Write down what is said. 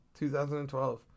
2012